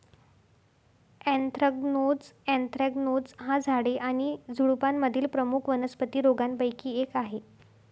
anthracnose anthracnose हा झाडे आणि झुडुपांमधील प्रमुख वनस्पती रोगांपैकी एक आहे